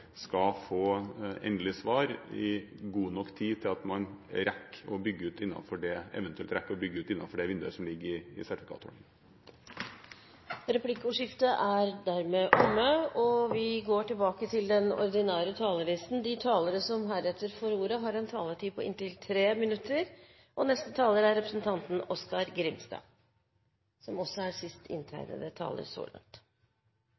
skal få endelig svar i god nok tid til at man eventuelt rekker å bygge ut innenfor det vinduet som ligger i elsertifikatordningen. Replikkordskiftet er omme. De talere som heretter får ordet, har en taletid på inntil 3 minutter. Framstegspartiet har ved fleire anledningar reist spørsmål i Stortinget om norsk vasskraftproduksjon og moglegheitene som